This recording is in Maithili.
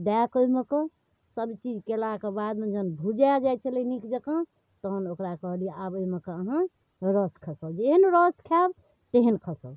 दऽ कऽ ओहिमेके सबचीज कएलाक बादमे जखन भुजै जा छलै नीकजकाँ तहन ओकरा कहलिए आब एहिमेके अहाँ रस खसै खसाउ जेहन रस खाएब तेहन खसाउ